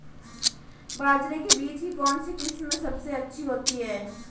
बाजरे के बीज की कौनसी किस्म सबसे अच्छी होती है?